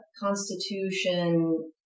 constitution